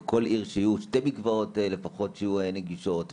בכל עיר שיהיו שני מקוואות לפחות שיהיו נגישות,